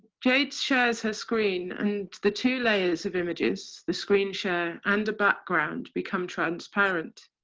jade shares her screen and the two layers of images, the screen share and a background become transparent.